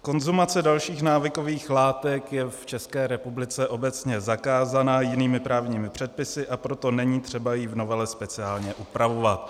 Konzumace dalších návykových látek je v České republice obecně zakázaná jinými právními předpisy, a proto není třeba ji v novele speciálně upravovat.